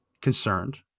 concerned